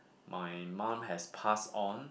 my mum has passed on